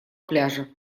пляжа